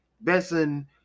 Benson